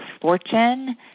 fortune